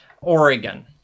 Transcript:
Oregon